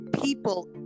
people